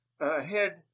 ahead